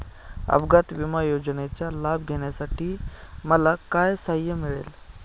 अपघात विमा योजनेचा लाभ घेण्यासाठी मला काय सहाय्य मिळेल?